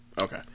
Okay